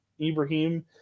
Ibrahim